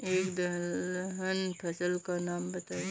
एक दलहन फसल का नाम बताइये